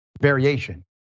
variation